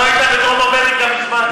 לא היית בדרום אמריקה מזמן.